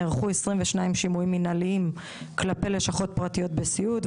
נערכו 22 שימועים מנהליים כלפי לשכות פרטיות בסיעוד,